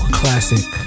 classic